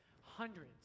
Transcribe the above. Hundreds